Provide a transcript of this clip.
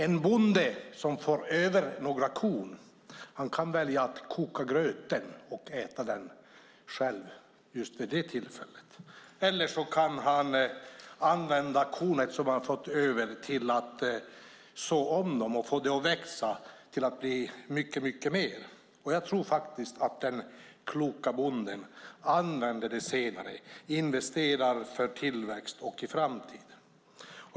En bonde som får några korn över kan välja att antingen koka gröt och äta den just nu eller så kornet och få det att växa och bli mycket mer. Jag tror att den kloka bonden väljer det senare och investerar för tillväxt och framtid.